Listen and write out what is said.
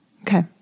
Okay